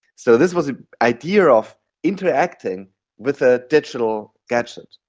so this was an idea of interacting with a digital gadget.